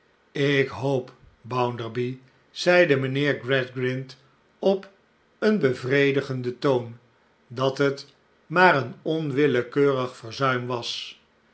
ik hoop bounderby zeide mijnheer gradgrind op een bevredigenden toon dat het maar een onwillekeurig verzuim was